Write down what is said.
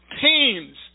teams